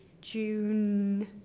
June